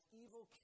evil